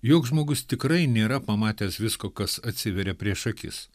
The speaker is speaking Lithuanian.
joks žmogus tikrai nėra pamatęs visko kas atsiveria prieš akis